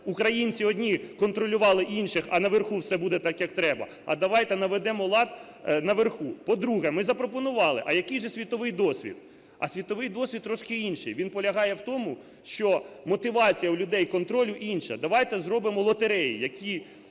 українці одні контролювали інших, а наверху все буде так як треба, а давайте наведемо лад наверху. По-друге, ми запропонували, а який же світовий досвід? А світовий досвід трошки інший, він полягає в тому, що мотивація у людей контролю інша. Давайте зробимо лотереї, які